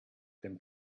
than